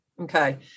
Okay